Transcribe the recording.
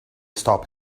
stop